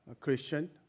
Christian